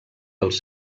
dels